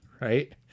right